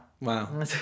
Wow